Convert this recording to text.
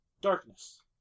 darkness